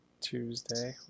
tuesday